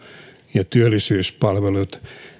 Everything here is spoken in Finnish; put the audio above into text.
ja työllisyyspalvelujen